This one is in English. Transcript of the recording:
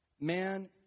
man